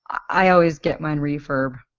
i always get mine refurbed.